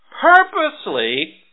purposely